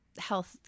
health